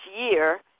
year